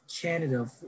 Canada